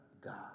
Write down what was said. God